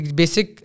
basic